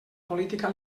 política